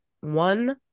one